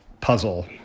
puzzle